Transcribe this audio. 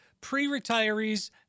pre-retirees